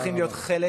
צריכים להיות חלק